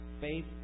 faith